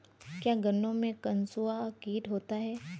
क्या गन्नों में कंसुआ कीट होता है?